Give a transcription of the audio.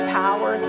power